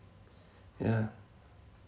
yeah